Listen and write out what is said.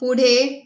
पुढे